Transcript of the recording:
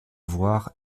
voire